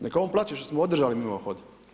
Neka on plaće što smo održali mimohod.